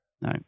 no